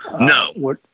No